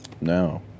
No